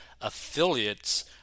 affiliates